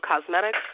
Cosmetics